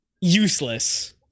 Useless